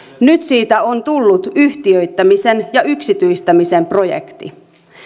nyt siitä on tullut yhtiöittämisen ja yksityistämisen projekti